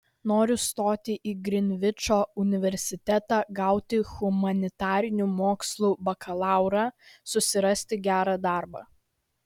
noriu stoti į grinvičo universitetą gauti humanitarinių mokslų bakalaurą susirasti gerą darbą